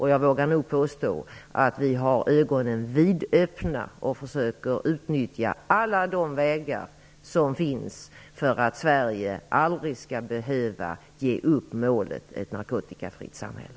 J ag vågar nog påstå att vi har ögonen vidöppna och försöker utnyttja alla de vägar som finns för att Sverige aldrig skall behöva ge upp målet ett narkotikafritt samhälle.